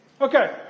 Okay